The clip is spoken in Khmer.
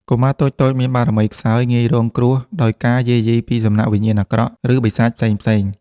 កុមារតូចៗមានបារមីខ្សោយ ងាយរងគ្រោះដោយការយាយីពីសំណាក់វិញ្ញាណអាក្រក់ ឬបិសាចផ្សេងៗ។